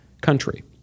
country